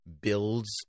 builds